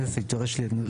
רביזיה.